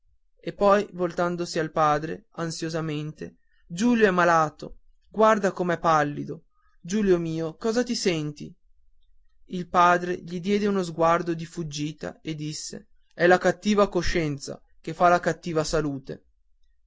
e poi voltandosi al padre ansiosamente giulio è malato guarda com'è pallido giulio mio cosa ti senti il padre gli diede uno sguardo di sfuggita e disse è la cattiva coscienza che fa la cattiva salute